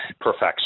perfection